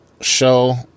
show